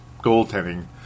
goaltending